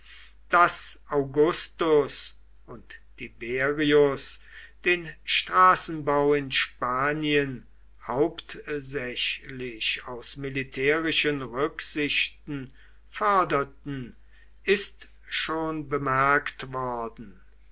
daß augustus und tiberius den straßenbau in spanien hauptsächlich aus militärischen rücksichten förderten ist schon bemerkt worden